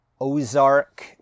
ozark